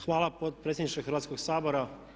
Hvala potpredsjedniče Hrvatskog sabora.